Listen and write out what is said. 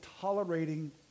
tolerating